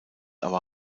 aber